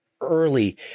early